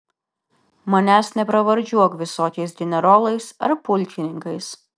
manęs nepravardžiuok visokiais generolais ar pulkininkais